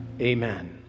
Amen